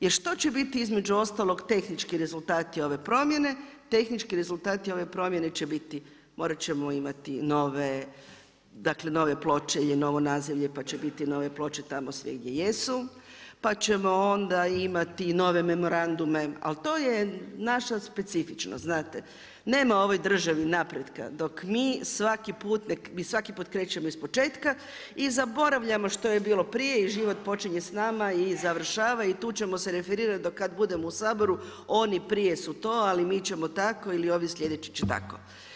Jer što će biti između ostalog tehnički rezultati ove promjene, tehnički rezultati ove promjene će biti, morat ćemo imati nove, dakle nove ploče ili novo nazivlje, pa će biti nove ploče tamo sve gdje jesu, pa ćemo onda imati nove memorandume ali to je naša specifičnost, znate, nema ovoj državi napretka, mi svaki put krećemo ispočetka i zaboravljamo što je bilo i prije i život počinje s nama i završava i tu ćemo se referirati do kad budemo u Saboru, oni prije su to, ali mi ćemo tako, ili ovaj slijedeći će tako.